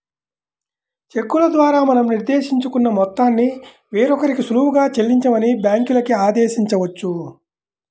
చెక్కుల ద్వారా మనం నిర్దేశించుకున్న మొత్తాన్ని వేరొకరికి సులువుగా చెల్లించమని బ్యాంకులకి ఆదేశించవచ్చు